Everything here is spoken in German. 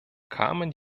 kamen